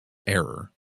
error